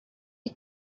you